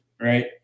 right